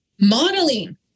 modeling